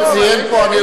איזה דיון זה פה עכשיו?